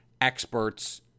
experts